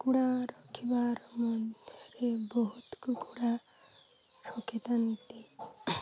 କୁକୁଡ଼ା ରଖିବାର ମଧ୍ୟରେ ବହୁତ କୁକୁଡ଼ା ରଖିଥାନ୍ତି